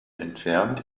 entfernt